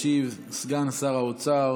ישיב סגן שר האוצר